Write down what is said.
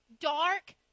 dark